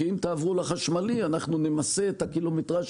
כי אם תעברו לחשמלי אנחנו נמסה את הקילומטראז'